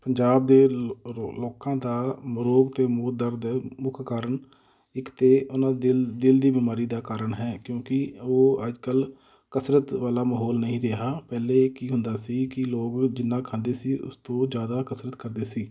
ਪੰਜਾਬ ਦੇ ਲੋ ਲੋ ਲੋਕਾਂ ਦਾ ਰੋਗ ਅਤੇ ਦਰਦ ਮੁੱਖ ਕਾਰਨ ਇੱਕ ਤਾਂ ਉਹਨਾਂ ਦਿਲ ਦਿਲ ਦੀ ਬਿਮਾਰੀ ਦਾ ਕਾਰਨ ਹੈ ਕਿਉਂਕਿ ਉਹ ਅੱਜ ਕੱਲ੍ਹ ਕਸਰਤ ਵਾਲਾ ਮਾਹੌਲ ਨਹੀਂ ਰਿਹਾ ਪਹਿਲੇ ਕੀ ਹੁੰਦਾ ਸੀ ਕਿ ਲੋਕ ਜਿੰਨਾ ਖਾਂਦੇ ਸੀ ਉਸ ਤੋਂ ਜ਼ਿਆਦਾ ਕਸਰਤ ਕਰਦੇ ਸੀ